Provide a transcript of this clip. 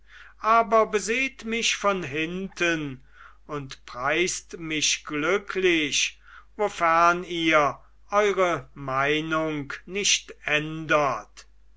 aber beseht mich von hinten und preist mich glücklich wofern ihr eure meinung nicht ändert